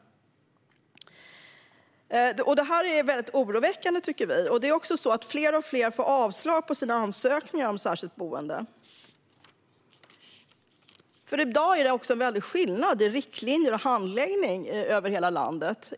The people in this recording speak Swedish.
Vi tycker att detta är väldigt oroväckande. Det är också så att fler och fler får avslag på sina ansökningar om särskilt boende. Det är i dag stor skillnad runt om i landet när det gäller riktlinjer och handläggning